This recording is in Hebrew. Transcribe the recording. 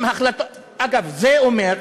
אגב, זה אומר,